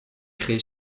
créé